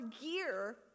gear